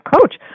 coach